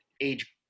age